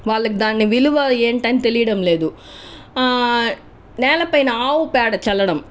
వాళ్ళకి దాని విలువ ఏంటి అని తెలియడం లేదు ఆ నేల పైన ఆవు పెడా చల్లడం